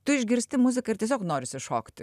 tu išgirsti muziką ir tiesiog norisi šokti